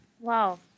wow